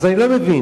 אז אני לא מבין,